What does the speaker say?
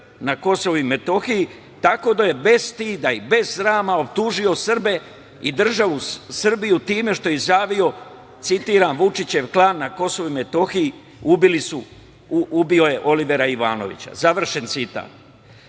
na Kosovu i Metohiji, tako da je bez stida i bez srama optužio Srbe i državu Srbiju time što je izjavio, citiram – Vučićev klan na Kosovu i Metohiji ubio je Olivera Ivanovića, završen citat.